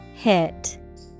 Hit